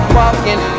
walking